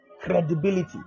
credibility